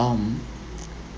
um